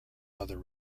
other